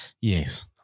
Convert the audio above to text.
Yes